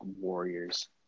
Warriors